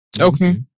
Okay